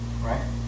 Right